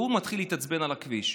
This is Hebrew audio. והוא מתחיל להתעצבן על הכביש.